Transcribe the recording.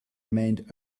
remained